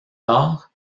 tard